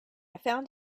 found